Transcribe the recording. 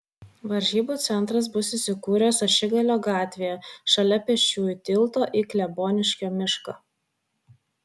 varžybų centras bus įsikūręs ašigalio gatvėje šalia pėsčiųjų tilto į kleboniškio mišką